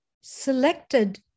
selected